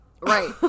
Right